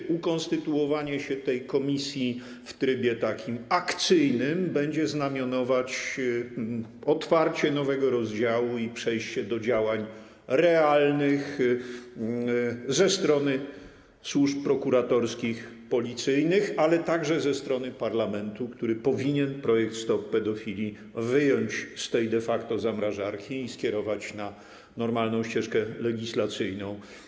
Czy ukonstytuowanie się tej komisji w takim trybie akcyjnym będzie znamionować otwarcie nowego rozdziału i przejście do działań realnych ze strony służb prokuratorskich, policyjnych, ale także ze strony parlamentu, który powinien projekt „Stop pedofilii” wyjąć z tej de facto zamrażarki i skierować na normalną ścieżkę legislacyjną?